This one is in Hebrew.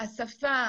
בגלל השפה,